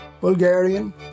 Bulgarian